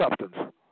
substance